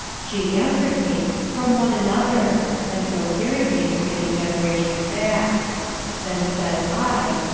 she answered me, from one another and so carried me to many generations back then says i,